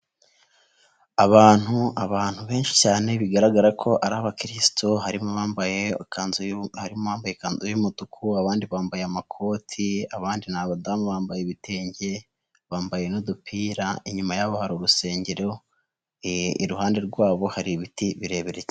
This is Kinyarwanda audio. Abantu, abantu benshi cyane bigaragara ko ari abakiriristo harimo bambaye ikanzu, harimo uwambaye ikanzu y'umutuku abandi bambaye amakoti, abandi ni abadamu bambaye ibitenge bambaye n'udupira, inyuma yabo hari urusengero iruhande rwabo hari ibiti birebire cyane.